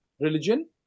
religion